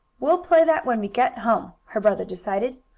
we'll play that when we get home, her brother decided.